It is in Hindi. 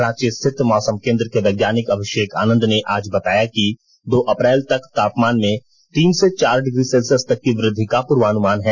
रांची रिथत मौसम केंद्र के वैज्ञानिक अभिषेक आनंद ने आज बताया कि दो अप्रैल तक तापमान में तीन से चार डिग्री सेल्सियस तक की वृद्धि का पूर्वानुमान है